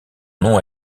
nom